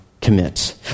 Commit